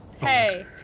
Hey